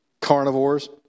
Carnivores